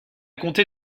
compter